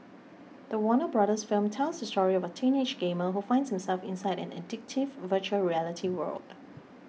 the Warner Bros film tells the story of a teenage gamer who finds himself inside an addictive Virtual Reality world